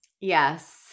Yes